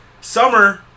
summer